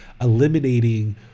eliminating